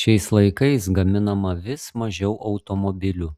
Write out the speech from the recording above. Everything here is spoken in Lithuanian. šiais laikais gaminama vis mažiau automobilių